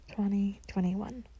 2021